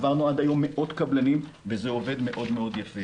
עברנו עד היום מאות קבלנים וזה עובד מאוד מאוד יפה.